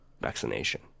vaccination